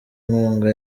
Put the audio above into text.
inkunga